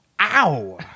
ow